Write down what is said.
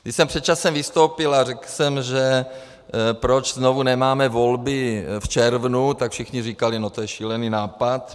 Když jsem před časem vystoupil a řekl jsem, proč znovu nemáme volby v červnu, tak všichni říkali, to je šílený nápad.